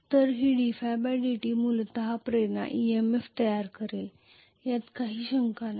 तर ही dϕdt मूलत इंड्यूज्ड EMF तयार करेल यात काही शंका नाही